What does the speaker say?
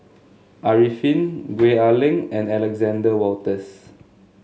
Arifin Gwee Ah Leng and Alexander Wolters